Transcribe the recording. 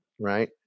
right